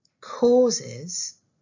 causes